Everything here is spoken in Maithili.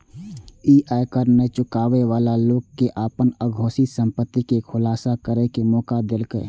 ई आयकर नै चुकाबै बला लोक कें अपन अघोषित संपत्ति के खुलासा करै के मौका देलकै